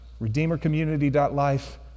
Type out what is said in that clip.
Redeemercommunity.life